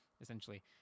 Essentially